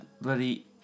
bloody